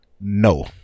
No